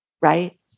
Right